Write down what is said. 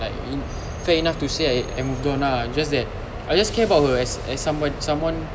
like in fair enough to say I moved on ah just that I just care about her as as some as someone